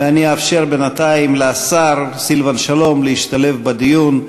ואני אאפשר בינתיים לשר סילבן שלום להשתלב בדיון.